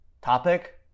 topic